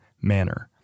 manner